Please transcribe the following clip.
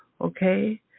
Okay